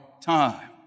time